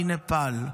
מנפאל.